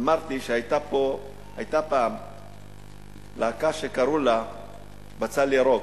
אמרתי שהיתה פעם להקה שקראו לה "בצל ירוק",